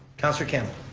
councilor campbell?